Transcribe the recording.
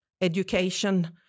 education